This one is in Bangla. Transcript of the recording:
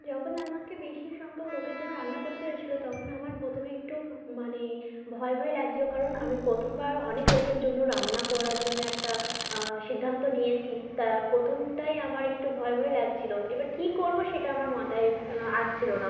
যখন আমাকে বেশি সংখ্যক লোকের জন্য রান্না করতে হয়েছিল তখন আমার প্রথমে একটু মানে ভয় ভয় লাগছিল কারণ আমি প্রথমবার অনেক লোকের জন্য রান্না করার জন্য একটা সিদ্ধান্ত নিয়েছি তা প্রথমটাই আমার একটু ভয় ভয় লাগছিল এবার কী করব সেটা আমার মাথায় আসছিল না